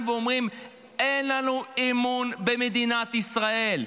ואומרים: אין לנו אמון במדינת ישראל.